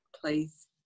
please